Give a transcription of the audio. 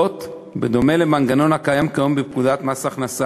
זאת בדומה למנגנון הקיים כיום בפקודת מס הכנסה.